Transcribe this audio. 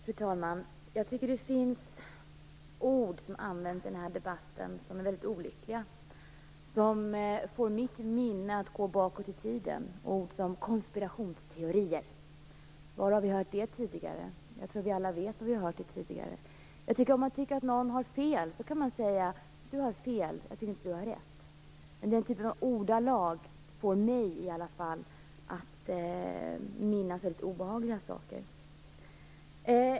Fru talman! Jag tycker att det finns ord som används i den här debatten som är mycket olyckliga och som får mitt minne att gå bakåt i tiden. Det är ord som konspirationsteori. Var har vi hört det tidigare? Jag tror att vi alla vet var vi har hört det tidigare. Om man tycker att någon har fel kan man säga: Du har fel. Jag tycker inte att du har rätt. Ordvalet får i alla fall mig att minnas väldigt obehagliga saker.